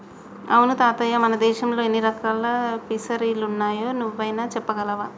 అవును తాతయ్య మన దేశంలో ఎన్ని రకాల ఫిసరీలున్నాయో నువ్వైనా సెప్పగలవా